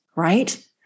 Right